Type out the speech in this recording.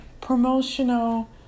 promotional